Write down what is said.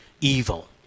evil